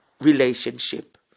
relationship